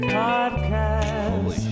podcast